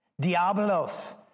Diablos